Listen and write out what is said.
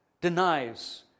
denies